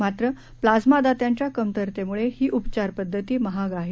मात्र प्लाझ्मा दात्यांच्या कमतरतेमुळे ही उपचार पद्धती महाग आहे